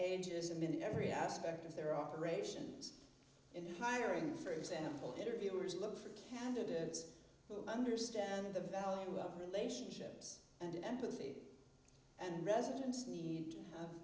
in every aspect of their operations in hiring for example interviewers look for candidates who understand the value of relationships and empathy and residents need